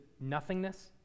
nothingness